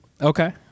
okay